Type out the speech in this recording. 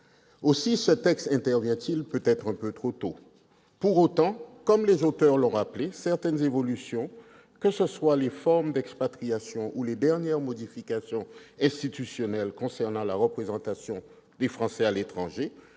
Aussi ce texte intervient-il peut-être un peu trop tôt.